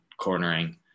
cornering